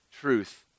truth